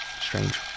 strange